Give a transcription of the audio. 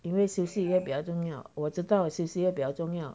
因为休息会比较重要我知道哦休息会比较重要